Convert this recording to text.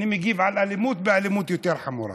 אני מגיב על אלימות באלימות יותר חמורה,